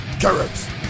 carrots